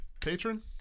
Patron